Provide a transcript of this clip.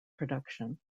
production